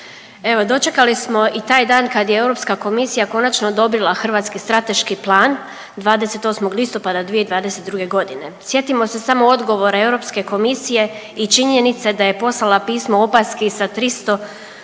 evo dočekali smo i taj dan kad je Europska komisija konačno odobrila Hrvatski strateški plan 28. listopada 2022. godine. Sjetimo se samo odgovora Europske komisije i činjenice da je poslala pismo opaski sa 300,